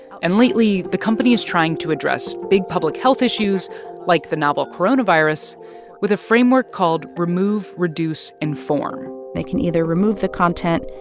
and lately, the company is trying to address big public health issues like the novel coronavirus with a framework called remove, reduce, inform they can either remove the content,